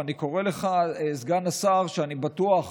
ואני קורא לך, סגן השר, ואני בטוח